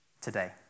today